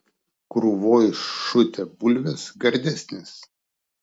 krūvoj šutę bulvės gardesnės